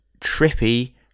trippy